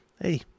Hey